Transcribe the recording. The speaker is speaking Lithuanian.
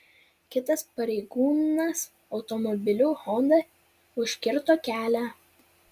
kitas pareigūnas automobiliu honda užkirto kelią